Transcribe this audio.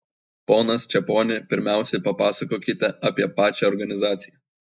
ponas čeponi pirmiausia papasakokite apie pačią organizaciją